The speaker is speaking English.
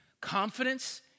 Confidence